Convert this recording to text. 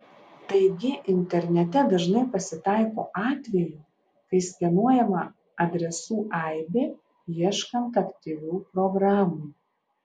taigi internete dažnai pasitaiko atvejų kai skenuojama adresų aibė ieškant aktyvių programų